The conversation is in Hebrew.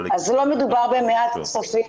אז לא מדובר במעט כספים.